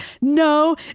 no